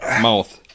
mouth